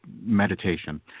meditation